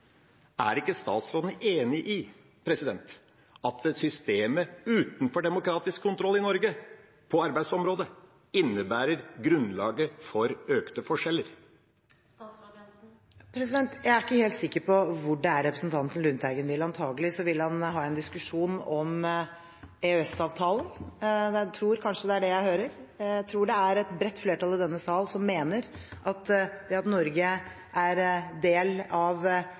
Er ikke statsråden enig i at systemet utenfor demokratisk kontroll i Norge på arbeidsområdet innebærer grunnlaget for økte forskjeller? Jeg er ikke helt sikker på hvor det er representanten Lundteigen vil. Antagelig vil han ha en diskusjon om EØS-avtalen. Jeg tror kanskje det er det jeg hører. Jeg tror det et bredt flertall i denne sal som mener at det at Norge er en del av